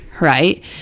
right